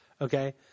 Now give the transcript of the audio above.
okay